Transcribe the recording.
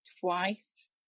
twice